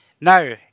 Now